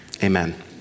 Amen